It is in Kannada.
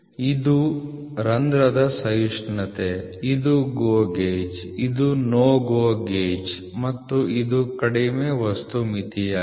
ಇದು ರಂಧ್ರದ ಸಹಿಷ್ಣುತೆ ಇದು GO ಗೇಜ್ ಇದು NO GO ಗೇಜ್ ಮತ್ತು ಇದು ಕಡಿಮೆ ವಸ್ತು ಮಿತಿಯಾಗಿದೆ